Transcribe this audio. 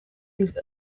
this